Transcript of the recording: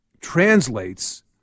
translates